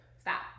Stop